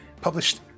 published